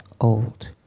old